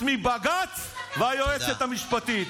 חוץ מבג"ץ והיועצת המשפטית.